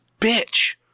bitch